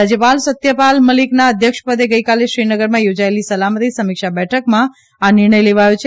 રાજ્યપાલ સત્યપાલ મલિકના અધ્યક્ષપદે ગઈકાલે શ્રીનગરમાં યોજાયેલી સલામતી સમીક્ષા બેઠકમાં આ નિર્ણય લેવાયો છે